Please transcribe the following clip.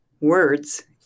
words